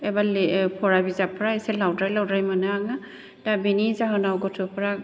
एबा फरा बिजाबफ्रा एसे लावद्राय लावद्राय मोनो आङो दा बेनि जाहोनाव गथ'फ्रा